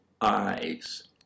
eyes